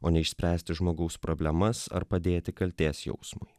o ne išspręsti žmogaus problemas ar padėti kaltės jausmui